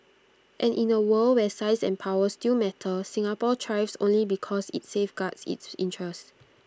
and in A world where size and power still matter Singapore thrives only because IT safeguards its interests